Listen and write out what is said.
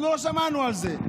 אנחנו לא שמענו על זה.